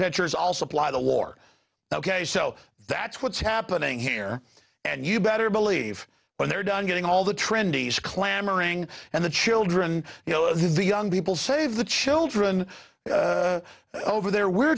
pictures all supply the war ok so that's what's happening here and you better believe when they're done getting all the trendies clamoring and the children you know the young people save the children over there we're